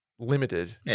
limited